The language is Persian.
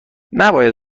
نباید